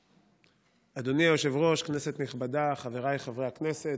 אדוני היושב-ראש, כנסת נכבדה, חבריי חברי הכנסת,